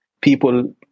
People